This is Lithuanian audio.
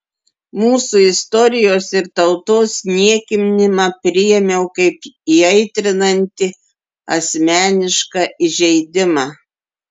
mūsų istorijos ir tautos niekinimą priėmiau kaip įaitrinantį asmenišką įžeidimą